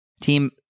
Team